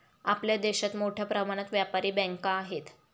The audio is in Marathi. आपल्या देशात मोठ्या प्रमाणात व्यापारी बँका आहेत